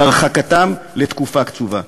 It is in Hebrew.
על הרחקתם לתקופה קצובה.